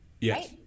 Yes